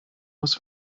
muss